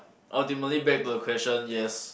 ultimately back to the question yes